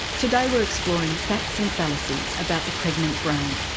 today we're exploring facts and fallacies about the pregnant brain.